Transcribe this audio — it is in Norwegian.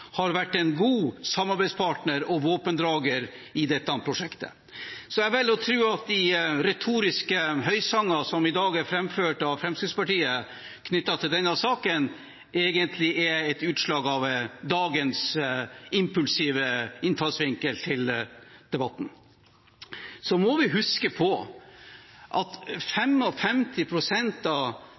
våpendrager i dette prosjektet. Så jeg velger å tro at de retoriske høysanger som i dag er framført av Fremskrittspartiet knyttet til denne saken, egentlig er et utslag av dagens impulsive innfallsvinkel til debatten. Så må vi huske på at 55 pst. av